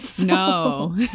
no